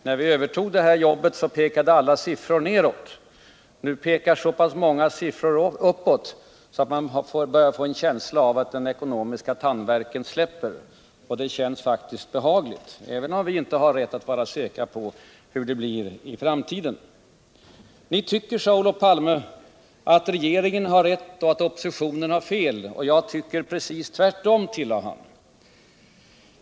När vi övertog det här jobbet pekade alla siffror neråt, men nu pekar så pass många siffror uppåt att man börjar få en känsla av att den ekonomiska tandvärken håller på att släppa. Det känns behagligt, även om vi inte kan vara säkra på vad som kommer att ske i framtiden. Ni tycker, sade Olof Palme, att regeringen har rätt och att oppositionen har fel. Och jag tycker precis tvärtom, tillade han.